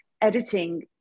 editing